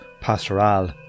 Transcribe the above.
Pastoral